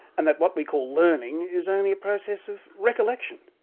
and that what we call learning is only a process of recollection?